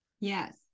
Yes